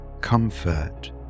comfort